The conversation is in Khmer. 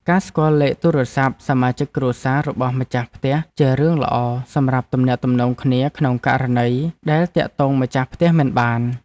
ការស្គាល់លេខទូរស័ព្ទសមាជិកគ្រួសាររបស់ម្ចាស់ផ្ទះជារឿងល្អសម្រាប់ទំនាក់ទំនងគ្នាក្នុងករណីដែលទាក់ទងម្ចាស់ផ្ទះមិនបាន។